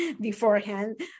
beforehand